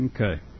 Okay